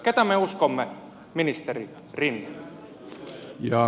ketä me uskomme ministeri rinne